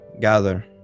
gather